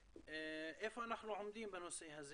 איפה אנחנו עומדים בנושא הזה?